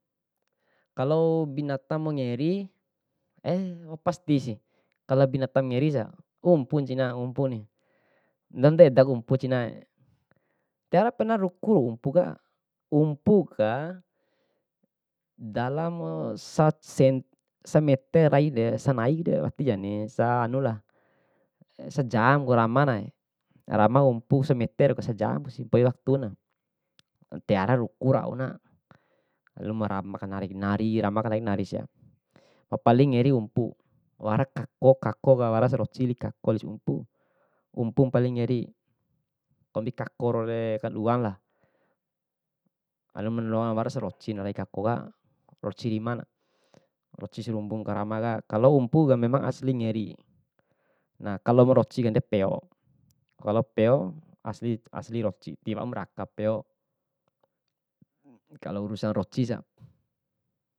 Kalo binata mangeri kalo binata mangeri sa, umpu cina umpu ni, ndomda edaku umpu cinae, tiwara perna ruku umpu ka. Umpu ka dalam sasen sameter rainde sanai de watijani sa hanulah, sejam rama nai, rama umpuk samete sejamsi mpoi waktuna. Tiwara ruku rauna, maklum rama kanari nari sia, ma paling ngeri umpu, wara kako kako mawara seroci wali si kako se umpu, umpu ma pali ngeri kombi kako raure kaduanlah. alum loan wara serocina rai kako ka, roci imana roci sarumbu karamaka, kalo umpu memang aslin ngeri. Nah kalo ma roci kande peo, kalo peo asli asli roci, diwaumu raka peo, kalo urusan roci sa.